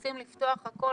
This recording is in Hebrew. רוצים לפתוח את הכול.